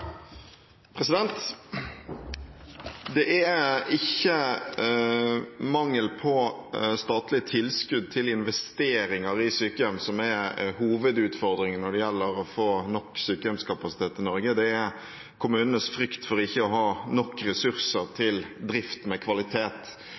oppfølgingsspørsmål. Det er ikke mangel på statlige tilskudd til investeringer i sykehjem som er hovedutfordringen når det gjelder å få nok sykehjemskapasitet i Norge, det er kommunenes frykt for ikke å ha nok ressurser til drift med kvalitet.